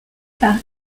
par